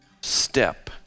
step